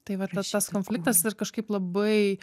tai va tas konfliktas ir kažkaip labai